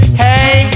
hey